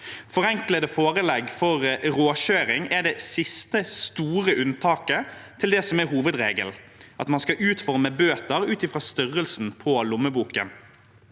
Forenklede forelegg for råkjøring er det siste store unntaket fra det som er hovedregelen, at man skal utforme bøter ut fra størrelsen på lommeboken.